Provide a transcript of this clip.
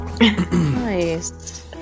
Nice